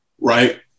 right